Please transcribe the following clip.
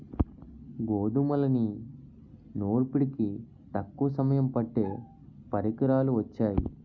గోధుమల్ని నూర్పిడికి తక్కువ సమయం పట్టే పరికరాలు వొచ్చాయి